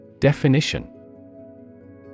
Definition